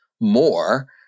more